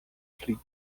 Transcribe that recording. fleet